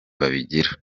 babigira